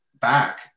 back